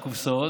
הקופסאות,